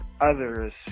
others